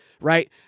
right